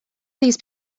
these